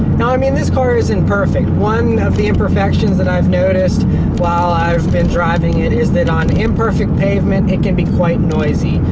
now, i mean, this car isn't perfect. one of the imperfections that i've noticed while i've been driving it is that, on imperfect pavement, it can be quite noisy.